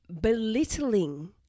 belittling